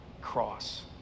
cross